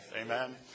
Amen